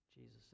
Jesus